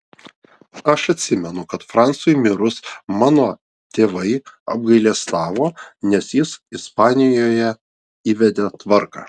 aš atsimenu kad francui mirus mano tėvai apgailestavo nes jis ispanijoje įvedė tvarką